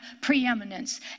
preeminence